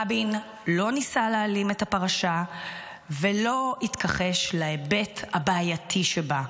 רבין לא ניסה להעלים את הפרשה ולא התכחש להיבט הבעייתי שבה,